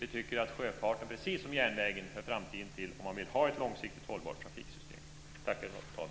Vi tycker att sjöfarten, precis som järnvägen, hör framtiden till om man vill ha ett långsiktigt hållbart trafiksystem.